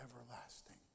everlasting